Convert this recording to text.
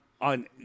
on